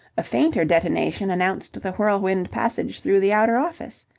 a fainter detonation announced the whirlwind passage through the outer office.